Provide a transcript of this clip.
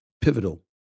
pivotal